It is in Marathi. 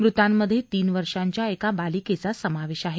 मृतांमध्ये तीन वर्षांच्या एका बालिकेचा समावेश आहे